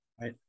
Right